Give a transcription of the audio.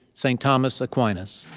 st. thomas aquinas.